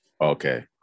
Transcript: Okay